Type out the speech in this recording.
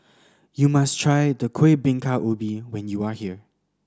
you must try the Kuih Bingka Ubi when you are here